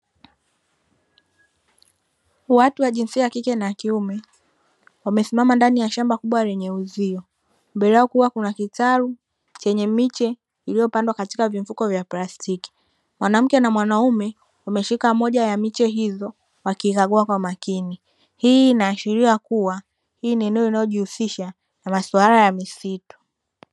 Watu wa jinsia ya kike na ya kiume wamesimama ndani ya shamba kubwa lenye uzio, mbele yao kuna kitalu chenye miche iliyopandwa katika vimfuko vya plastiki. Mwanamke na mwanaume wameshika moja ya miche hizo wakikagua kwa makini, hii inaashiria kuwa hili ni eneo linalojihusisha na masuala ya misitu.